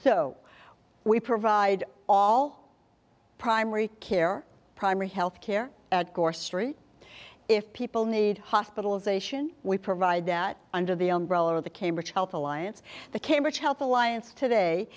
so we provide all primary care primary health care story if people need hospitalization we provide that under the umbrella of the cambridge health alliance the cambridge health alliance today